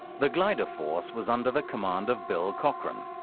the glider force was under the command of bill cochran,